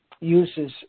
uses